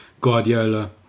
Guardiola